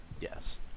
yes